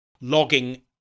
logging